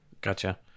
Gotcha